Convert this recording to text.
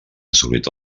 assolit